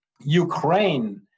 Ukraine